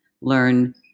learn